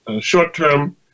short-term